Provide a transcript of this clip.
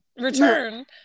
return